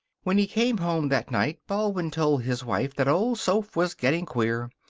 when he came home that night baldwin told his wife that old soph was getting queer.